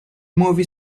movie